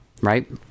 right